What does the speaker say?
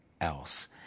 else